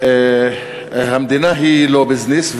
המדינה היא לא ביזנס,